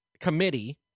committee